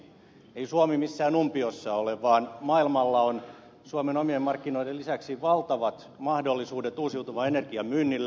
ei suomi missään umpiossa ole vaan maailmalla on suomen omien markkinoiden lisäksi valtavat mahdollisuudet uusiutuvan energian myynnille